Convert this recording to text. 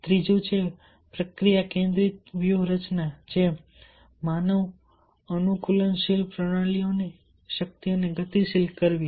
ત્રીજું છે પ્રક્રિયા કેન્દ્રિત વ્યૂહરચના જે માનવ અનુકૂલનશીલ પ્રણાલીઓની શક્તિને ગતિશીલ કરવી